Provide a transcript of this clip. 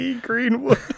Greenwood